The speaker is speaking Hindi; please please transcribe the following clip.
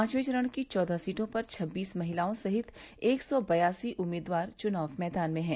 पाँचवे चरण की चौदह सीटों पर छब्बीस महिलाओं सहित एक सौ बयासी उम्मीदवार चुनाव मैदान में हैं